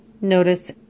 Notice